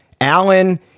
Allen